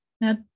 now